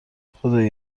خدای